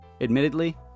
admittedly